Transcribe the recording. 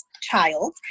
child